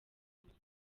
manywa